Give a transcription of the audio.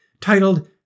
titled